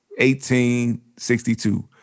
1862